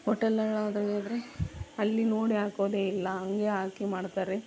hotel ಒಳಗಾದರೆ ಅಲ್ಲಿ ನೋಡಿ ಹಾಕೋದೆ ಇಲ್ಲ ಹಂಗೆ ಹಾಕಿ ಮಾಡ್ತಾರೆ